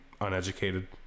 uneducated